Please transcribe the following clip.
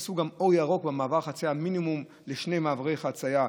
עשו גם אור ירוק במעבר חציה מינימום לשני מעברי חציה,